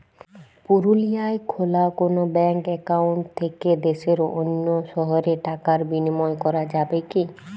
পুরুলিয়ায় খোলা কোনো ব্যাঙ্ক অ্যাকাউন্ট থেকে দেশের অন্য শহরে টাকার বিনিময় করা যাবে কি?